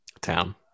Town